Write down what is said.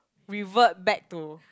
revert back to